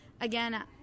again